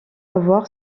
avoir